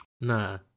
nah